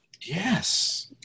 yes